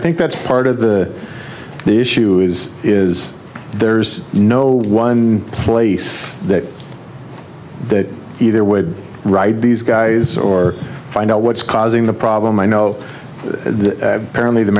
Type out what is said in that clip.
think that's part of the issue is is there's no one place that either would write these guys or find out what's causing the problem i know apparently the